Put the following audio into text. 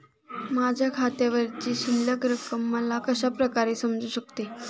माझ्या खात्यावरची शिल्लक रक्कम मला कशा प्रकारे समजू शकते?